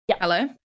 Hello